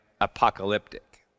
apocalyptic